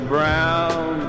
Brown